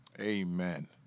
Amen